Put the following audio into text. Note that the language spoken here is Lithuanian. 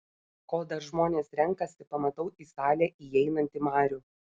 kol dar žmonės renkasi pamatau į salę įeinantį marių